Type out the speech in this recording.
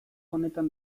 honetan